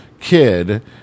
kid